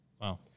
wow